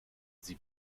sie